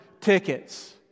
tickets